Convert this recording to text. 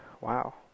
wow